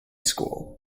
school